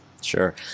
Sure